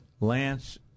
Lance